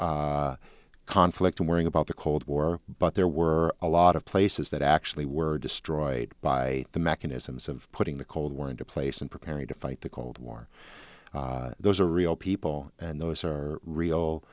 about conflict and worrying about the cold war but there were a lot of places that actually were destroyed by the mechanisms of putting the cold war into place and preparing to fight the cold war those are real people and those are real